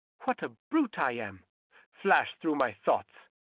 what a brute i am flashed through my thoughts.